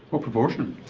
what proportion?